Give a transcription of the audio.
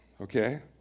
okay